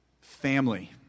family